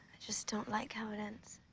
just don't like how it ends.